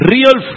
Real